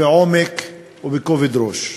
בעומק ובכובד ראש.